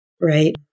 right